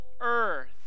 earth